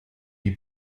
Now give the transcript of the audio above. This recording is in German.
die